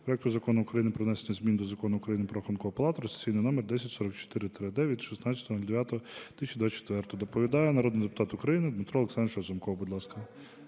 проекту Закону України про внесення змін до Закону України "Про Рахункову палату" (реєстраційний номер 10044-д від 16.09.2024). Доповідає народний депутат України Дмитро Олександрович Разумков. Будь ласка.